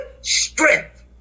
strength